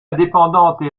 indépendantes